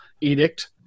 edict